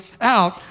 out